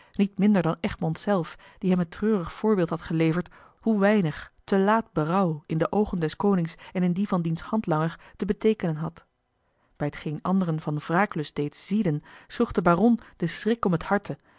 niet minder dan egmond zelf die hem het treurig voorbeeld had geleverd hoe weinig te laat berouw in de oogen des konings en in die van diens handlanger te beteekenen had bij t geen anderen van wraaklust deed zieden sloeg den baron de schrik om het harte